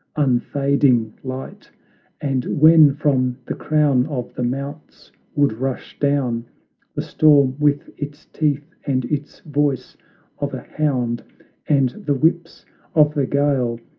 unfading light and when from the crown of the mounts would rush down the storm, with its teeth and its voice of a hound and the whips of the gale,